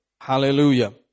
Hallelujah